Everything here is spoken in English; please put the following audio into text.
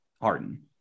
Harden